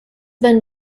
been